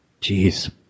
Jeez